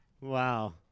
Wow